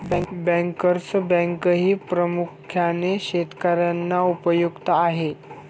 bankers बँकही प्रामुख्याने शेतकर्यांना उपयुक्त आहे